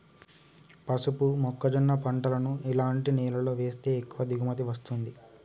పసుపు మొక్క జొన్న పంటలను ఎలాంటి నేలలో వేస్తే ఎక్కువ దిగుమతి వస్తుంది?